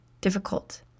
difficult